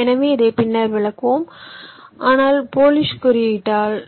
எனவே இதை பின்னர் விளக்குவோம் ஆனால் பாலிஷ் குறியீட்டில்